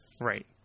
Right